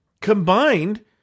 combined